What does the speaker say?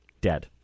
dead